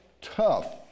tough